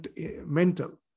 mental